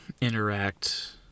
interact